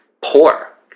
poor